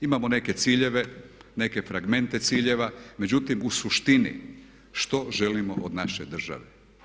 Imamo neke ciljeve, neke fragmente ciljeva međutim u suštini što želimo od naše države?